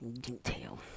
detail